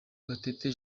gatete